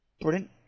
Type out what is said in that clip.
brilliant